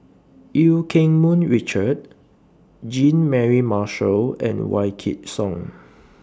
EU Keng Mun Richard Jean Mary Marshall and Wykidd Song